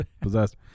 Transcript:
possessed